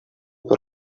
per